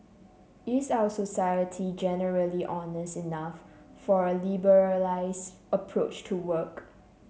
is our society generally honest enough for a liberalised approach to work